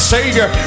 Savior